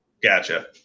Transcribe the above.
Gotcha